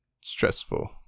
stressful